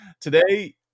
today